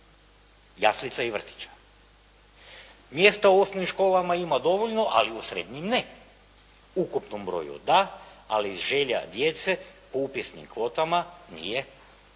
Jaslica i vrtića. Mjesta u osnovnim školama ima dovoljno, ali u srednjim ne. U ukupnom broju da, ali želja djece po upisnim kvotama nije moguće